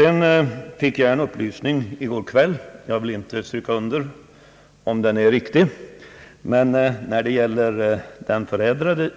Enligt en upplysning som jag fick i går kväll — jag vill inte uttala mig om huruvida den är riktig — så har det när det gäller den förädlande